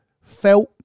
felt